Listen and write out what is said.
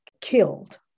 killed